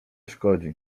szkodzi